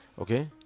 okay